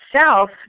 south